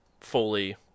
fully